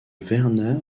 werner